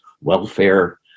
welfare